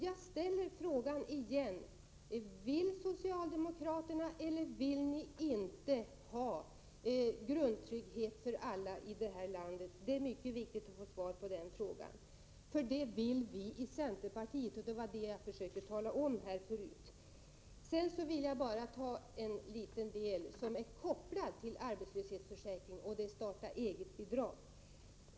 Jag frågar igen: Vill socialdemokraterna ha en grundtrygghet för alla i det här landet eller inte? Det är mycket viktigt att få svar på den frågan. Detta vill vi nämligen i centerpartiet, och det var det jag försökte tala om förut. Sedan vill jag ta upp en liten del som är kopplad till arbetslöshetsförsäkringen, och det är starta-eget-bidraget.